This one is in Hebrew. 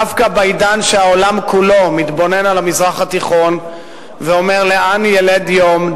דווקא בעידן שהעולם כולו מתבונן על המזרח התיכון ואומר מה ילד יום,